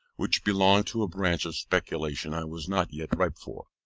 which belong to a branch of speculation i was not yet ripe for.